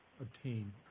obtain